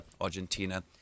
Argentina